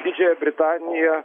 didžiąją britaniją